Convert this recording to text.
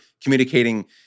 communicating